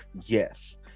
Yes